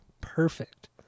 Perfect